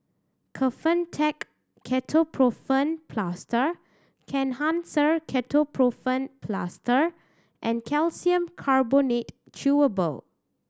Kefentech Ketoprofen Plaster Kenhancer Ketoprofen Plaster and Calcium Carbonate Chewable